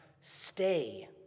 stay